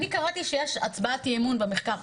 אני קראתי שיש הצבעת אי אמון במחקר.